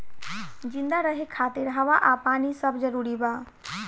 जिंदा रहे खातिर हवा आ पानी सब जरूरी बा